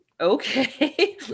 okay